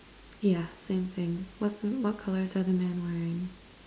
yeah same same what's the what colours are the man wearing